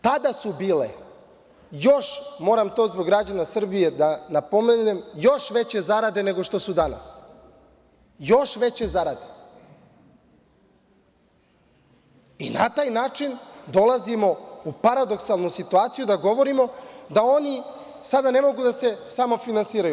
Tada su bile još, moram zbog građana da napomenem, veće zarade, nego što su danas, još veće zarade i na taj način dolazimo u paradoksalnu situaciju da govorimo da oni sada ne mogu da se samofinansiraju.